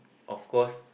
of course